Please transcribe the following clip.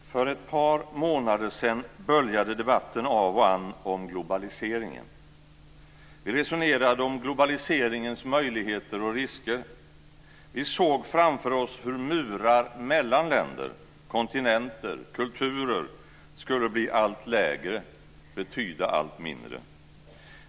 Fru talman! För ett par månader sedan böljade debatten av och an om globaliseringen. Vi resonerade om globaliseringens möjligheter och risker. Vi såg framför oss hur murar mellan länder, kontinenter och kulturer skulle bli allt lägre och betyda allt mindre.